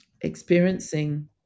experiencing